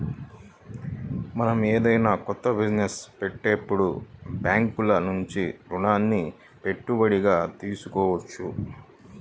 మనం ఏదైనా కొత్త బిజినెస్ పెట్టేటప్పుడు బ్యేంకుల నుంచి రుణాలని పెట్టుబడిగా తీసుకోవచ్చు